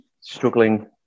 struggling